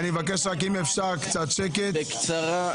בקצרה.